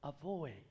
avoid